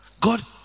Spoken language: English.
God